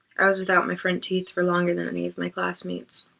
i was without my front teeth for longer than any of my classmates.